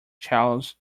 charles